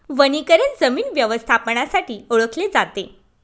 वनीकरण जमीन व्यवस्थापनासाठी ओळखले जाते